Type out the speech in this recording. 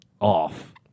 off